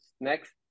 next